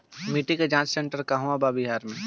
मिटी के जाच सेन्टर कहवा बा बिहार में?